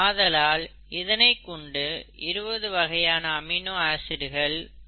ஆதலால் இதனை கொண்டு 20 வகையான அமினோ ஆசிட்டுகள் உருவாக்கலாம்